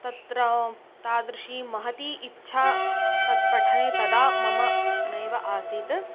तत्र तादृशी महती इच्छा तत् पठने तदा मम नैव आसीत्